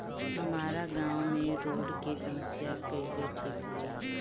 हमारा गाँव मे रोड के समस्या कइसे ठीक होई?